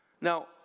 Now